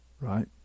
right